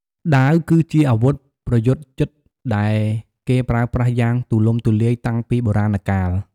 ដាវ គឺជាអាវុធប្រយុទ្ធជិតដែលគេប្រើប្រាស់យ៉ាងទូលំទូលាយតាំងពីបុរាណកាល។